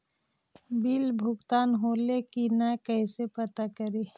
Bill भुगतान होले की न कैसे पता करी?